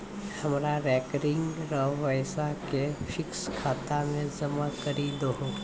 हमरो रेकरिंग रो पैसा के फिक्स्ड खाता मे जमा करी दहो